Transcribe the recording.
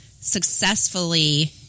successfully